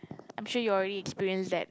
I'm sure you already experience that